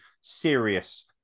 serious